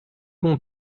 bon